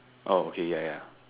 oh okay ya ya